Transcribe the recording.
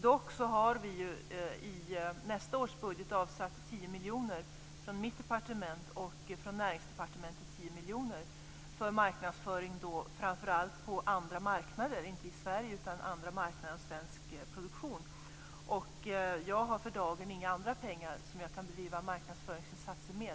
Dock har vi i nästa års budget avsatt 10 miljoner från mitt departement och från Näringsdepartementet 10 miljoner för marknadsföring av svensk produktion framför allt på andra marknader än Jag har för dagen inga andra pengar som jag kan bedriva marknadsföringsinsatser med.